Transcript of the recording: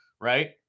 right –